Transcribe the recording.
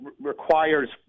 requires